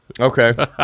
okay